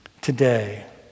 Today